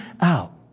out